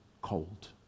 cold